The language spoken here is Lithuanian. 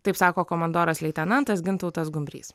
taip sako komandoras leitenantas gintautas gumbrys